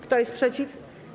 Kto jest przeciw?